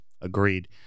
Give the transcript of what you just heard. Agreed